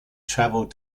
travelled